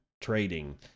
trading